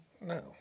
No